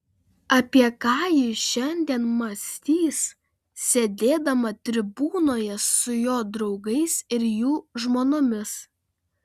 apie ką ji šiandien mąstys sėdėdama tribūnoje su jo draugais ir jų žmonomis